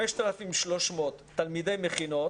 5,300 תלמידי מכינות